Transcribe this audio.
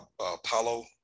Paulo